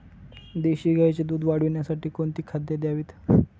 देशी गाईचे दूध वाढवण्यासाठी कोणती खाद्ये द्यावीत?